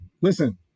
listen